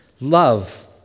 love